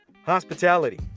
hospitality